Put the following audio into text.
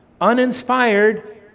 uninspired